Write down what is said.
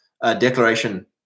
declaration